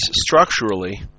structurally